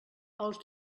els